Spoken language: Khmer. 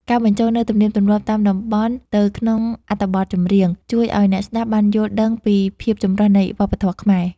ការបញ្ចូលនូវទំនៀមទម្លាប់តាមតំបន់ទៅក្នុងអត្ថបទចម្រៀង ជួយឱ្យអ្នកស្តាប់បានយល់ដឹងពីភាពចម្រុះនៃវប្បធម៌ខ្មែរ។